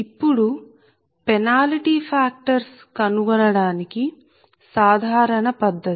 ఇప్పుడు penalty factors కనుగొనడానికి సాధారణ పద్ధతి